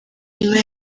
nyuma